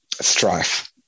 strife